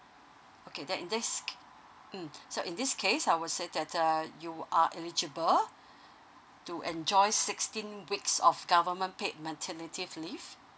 okay then in this ca~ mm so in this case I'll say that uh you are eligible to enjoy sixteen weeks of government paid maternity leave